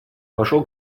вошел